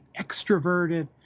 extroverted